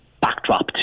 backdrop